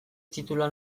titulua